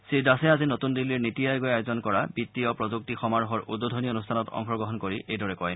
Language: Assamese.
শ্ৰীদাসে আজি নতুন দিল্লীৰ নিটি আয়োগে আয়োজন কৰা বিত্তীয় প্ৰযুক্তি সমাৰোহৰ উদ্বোধনী অনুষ্ঠানত অংশগ্ৰহণ কৰি এইদৰে কয়